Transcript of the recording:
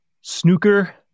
Snooker